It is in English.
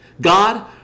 God